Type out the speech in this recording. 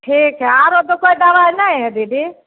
ठीक हइ आरो तऽ कोइ दवाइ नहि हइ दीदी